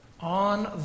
On